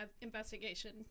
investigation